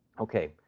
ok,